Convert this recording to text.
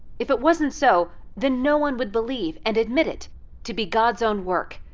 if it wasn't so, then no one would believe and admit it to be god's own work.